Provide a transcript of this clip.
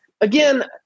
again